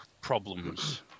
problems